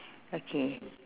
okay